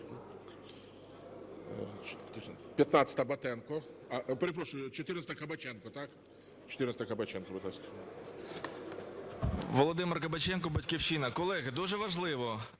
Володимир Кабаченко "Батьківщина". Колеги, дуже важливо.